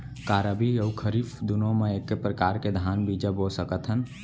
का रबि अऊ खरीफ दूनो मा एक्के प्रकार के धान बीजा बो सकत हन?